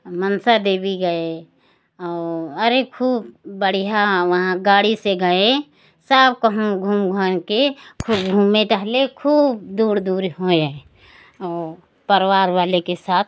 मंसा देवी गए अरे खूब बढ़िया वहाँ गाड़ी से गए सब कहूं घूम घाम के खूब घूमे टहले खूब दूर दूर होई आए और परिवार वाले के साथ